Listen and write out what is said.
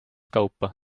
kaupa